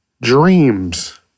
dreams